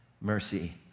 Mercy